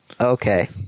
Okay